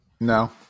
no